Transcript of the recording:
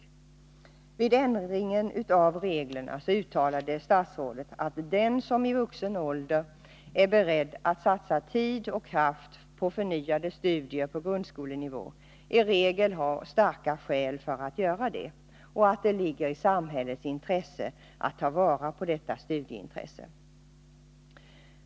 I samband med ändringen av reglerna uttalade statsrådet att den som vid vuxen ålder är beredd att satsa tid och kraft på förnyade studier på grundskolenivå i regel har starka skäl för att göra det och att det ligger i samhällets intresse att ta vara på detta studieintresse.